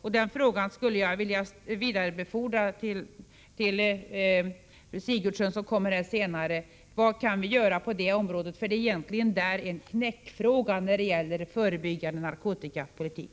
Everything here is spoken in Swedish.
En fråga som jag skulle vilja vidarebefordra till Gertrud Sigurdsen, som kommer senare i debatten, är vad vi kan göra på det området. Det är egentligen en knäckfråga när det gäller förebyggande narkotikapolitik.